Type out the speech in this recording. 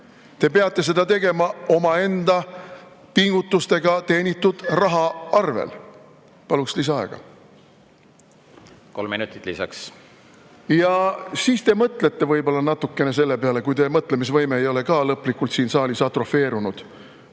Te peate seda tegema omaenda pingutustega teenitud raha eest. Paluks lisaaega. Kolm minutit lisaks. Ja siis te mõtlete võib-olla natukene selle peale, kui ka teie mõtlemisvõime ei ole lõplikult siin saalis atrofeerunud.